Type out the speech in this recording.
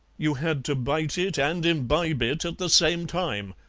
you had to bite it and imbibe it at the same time.